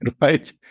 right